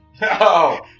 No